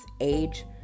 age